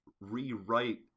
rewrite